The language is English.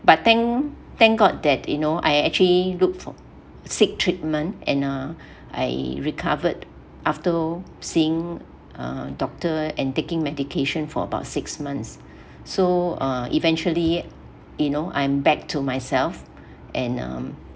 but thank thank god that you know I actually look for seek treatment and uh I recovered after seeing uh doctor and taking medication for about six months so uh eventually you know I'm back to myself and um